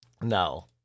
No